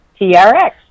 TRX